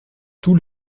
tous